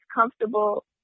comfortable